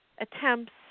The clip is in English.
attempts